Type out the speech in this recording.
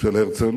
של הרצל,